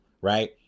right